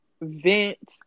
vent